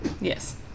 Yes